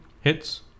Hits